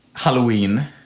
Halloween